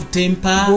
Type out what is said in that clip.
temper